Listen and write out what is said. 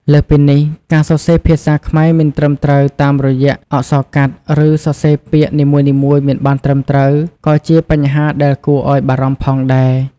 លើសពីនេះ ការសរសេរភាសាខ្មែរមិនត្រឹមត្រូវតាមរយៈអក្សរកាត់ ឬសរសេរពាក្យនីមួយៗមិនបានត្រឹមត្រូវ ក៏ជាបញ្ហាដែលគួរឱ្យបារម្ភផងដែរ។